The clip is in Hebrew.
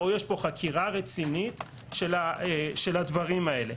או יש פה חקירה רצינית של הדברים האלה.